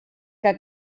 que